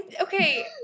Okay